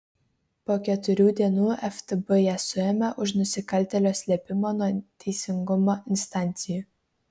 po keturių dienų ftb ją suėmė už nusikaltėlio slėpimą nuo teisingumo instancijų